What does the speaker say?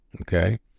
Okay